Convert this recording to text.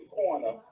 corner